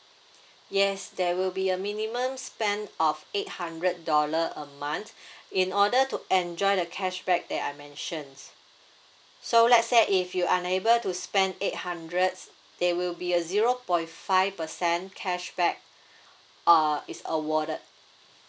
yes there will be a minimum spend of eight hundred dollar a month in order to enjoy the cashback that I mentions so let's say if you unable to spend eight hundred there will be a zero point five percent cashback uh is awarded